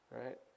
right